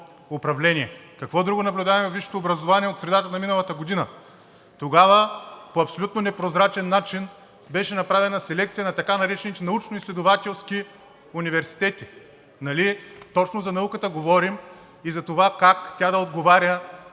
Какво друго наблюдаваме във висшето образование от средата на миналата година? Тогава по абсолютно непрозрачен начин беше направена селекция на така наречените научноизследователски университети. Нали точно за науката говорим и за това как тя да отговаря